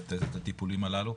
לתת את הטיפולים הללו,